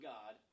God